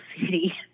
city